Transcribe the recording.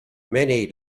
many